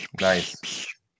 Nice